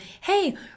hey